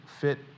fit